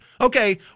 Okay